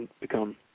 become